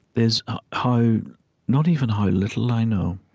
is how not even how little i know,